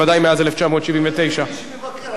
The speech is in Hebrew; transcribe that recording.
בוודאי מאז 1979. אבל מי שמבקר,